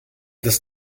das